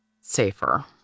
safer